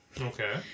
Okay